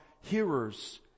hearers